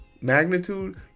magnitude